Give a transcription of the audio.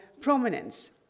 prominence